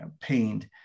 pained